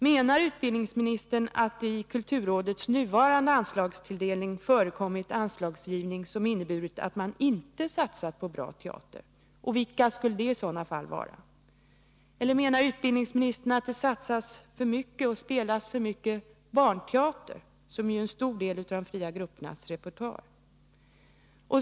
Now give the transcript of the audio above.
Menar utbildningsministern att det i samband med kulturrådets nuvarande anslagstilldelning förekommit anslagsgivning som inneburit att man inte satsat på god teater? Vilka teatrar skulle det i så fall vara? Eller menar utbildningsministern att det satsas för mycket på och spelas för mycket barnteater, som ju utgör en stor del av de fria gruppernas repertoar?